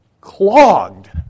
clogged